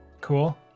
Cool